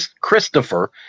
Christopher